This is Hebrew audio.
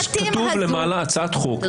כתוב למעלה "הצעת חוק".